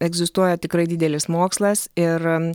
egzistuoja tikrai didelis mokslas ir